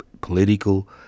political